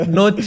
no